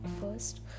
first